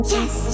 Yes